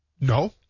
No